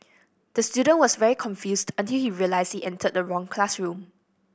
the student was very confused until he realised he entered the wrong classroom